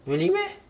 really meh